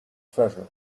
treasure